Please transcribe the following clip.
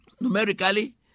numerically